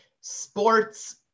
sports